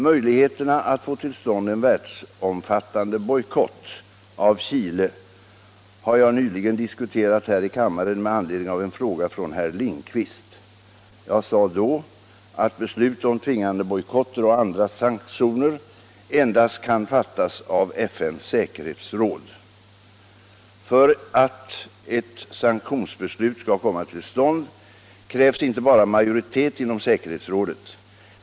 Möjligheterna att få till stånd en världsomfattande bojkott av Chile har jag nyligen diskuterat här i kammaren med anledning av en fråga från herr Lindkvist. Jag sade då att beslut om tvingande bojkotter och andra sanktioner endast kan fattas av FN:s säkerhetsråd. För att ett sanktionsbeslut skall komma till stånd krävs inte bara majoritet inom säkerhetsrådet.